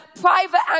private